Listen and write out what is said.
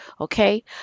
Okay